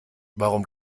warum